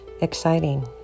exciting